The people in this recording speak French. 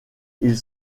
ils